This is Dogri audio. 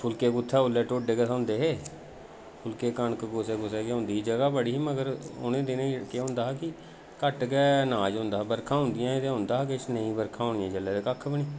फुलके कुत्थै उसलै ढोड्ढे गै थ्होंदे हे फुलके कनक कुसै कुसै गै होंदी ही जगह् बड़ी ही मगर उ'नें दिनें केह् होंदा हा कि घट्ट गै अनाज होंदा हा बरखा होंदियां हियां ते होंदा हा किश नेईं बरखां होनियां जेल्लै ते कक्ख बी निं